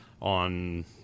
on